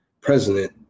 president